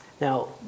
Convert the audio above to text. Now